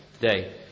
today